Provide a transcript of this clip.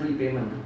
ஆமாம்:aamaam